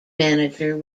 manager